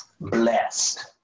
blessed